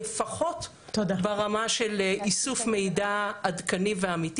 לפחות ברמה של איסוף מידע עדכני ואמיתי